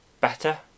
better